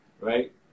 right